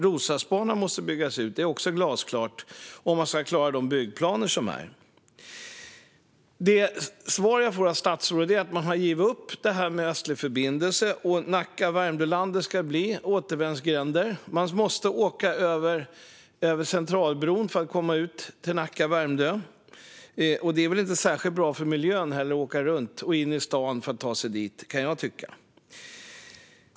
Roslagsbanan måste byggas ut - det är också glasklart - om man ska klara de byggplaner som finns. Det svar jag får av statsrådet är att man har givit upp detta med Östlig förbindelse. Nacka och Värmdölandet ska bli återvändsgränder. Man måste åka över Centralbron för att komma ut till Nacka och Värmdö. Det är väl inte heller särskilt bra för miljön att åka runt och in i stan för att ta sig dit, kan jag tycka.